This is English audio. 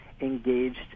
engaged